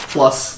Plus